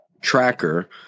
tracker